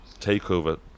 takeover